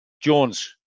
Jones